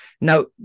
now